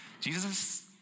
Jesus